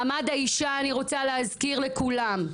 מעמד האישה אני רוצה להזכיר לכולם,